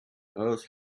earth